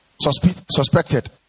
suspected